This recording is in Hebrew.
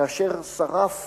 כאשר שרף